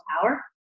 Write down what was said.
power